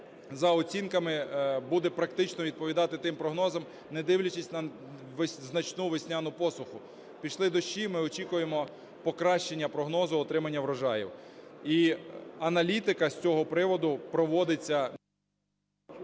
за оцінками буде практично відповідати тим прогнозам, не дивлячись на значну весняну посуху. Пішли дощі, ми очікуємо покращення прогнозу отримання урожаю. І аналітика з цього приводу проводиться.